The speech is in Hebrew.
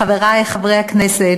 חברי חברי הכנסת,